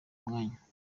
mwanya